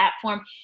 platform